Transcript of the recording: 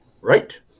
Right